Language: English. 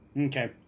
Okay